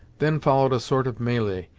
then followed a sort of melee,